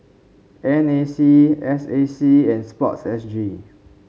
N A C S A C and sports S G